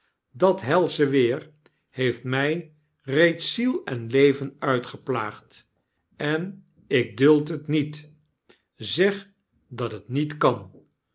dat helsche weer heeft my reeds ziel en leven uitgeplaagd en ik duld het niet zeg dat het niet kan